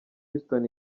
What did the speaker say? houston